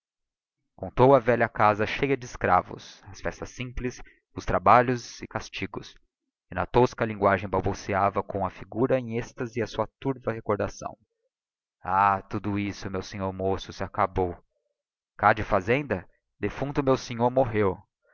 contou a velha casa cheia de escravos as festas simples os trabalhos e os castigos e na tosca linguagem balbuciava com a figura em êxtase a sua turva recordação ah tudo isto meu sinhô moço se acabou cá dê fazenda defunto meu sinhô morreu